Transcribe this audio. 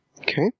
Okay